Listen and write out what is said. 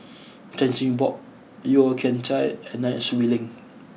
Chan Chin Bock Yeo Kian Chai and Nai Swee Leng